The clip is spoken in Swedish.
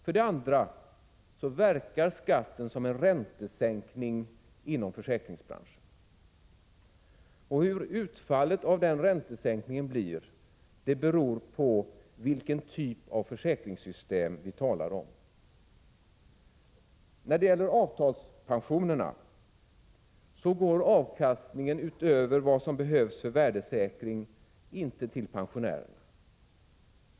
För det andra verkar skatten som en räntesänkning inom försäkringsbranschen, och hur utfallet av den räntesänkningen blir beror på vilken typ av försäkringssystem vi talar om. När det gäller avtalspensionerna går avkastningen, utöver vad som behövs för värdesäkring, inte till pensionärerna.